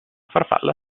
farfalla